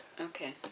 Okay